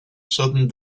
southern